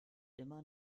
immer